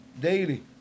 Daily